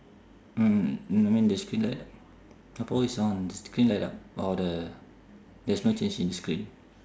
mm I mean the screen light purple is on th~ screen light ah or the there's no change in the screen